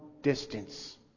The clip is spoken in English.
distance